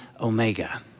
Omega